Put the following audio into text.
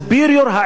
הוא רק היהודי,